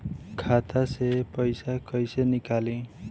खाता से पैसा कैसे नीकली?